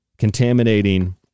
contaminating